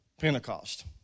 Pentecost